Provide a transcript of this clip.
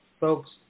folks